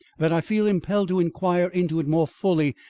that i feel impelled to inquire into it more fully,